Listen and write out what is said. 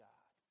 God